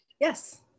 yes